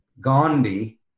Gandhi